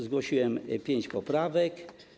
Zgłosiłem pięć poprawek.